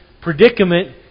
predicament